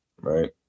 Right